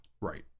Right